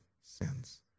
sins